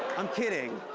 i'm kidding.